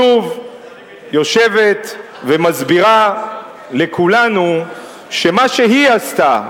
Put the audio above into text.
שוב יושבת ומסבירה לכולנו שמה שהיא עשתה,